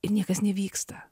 ir niekas nevyksta